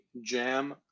jam